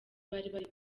bari